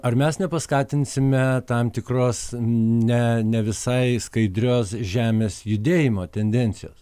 ar mes nepaskatinsime tam tikros ne ne visai skaidrios žemės judėjimo tendencijos